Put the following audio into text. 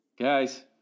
guys